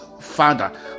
father